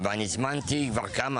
ואני הזמנתי כבר כמה